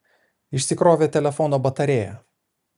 išsikrovė telefono batarėja